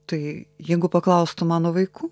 tai jeigu paklaustų mano vaikų